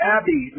Abby